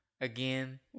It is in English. again